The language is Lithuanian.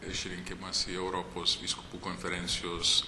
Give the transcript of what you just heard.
išrinkimas į europos vyskupų konferencijos